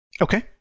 Okay